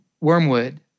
Wormwood